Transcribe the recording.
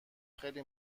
خیلی